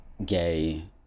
gay